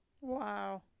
Wow